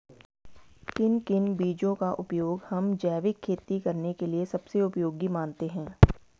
किन किन बीजों का उपयोग हम जैविक खेती करने के लिए सबसे उपयोगी मानते हैं?